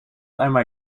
einmal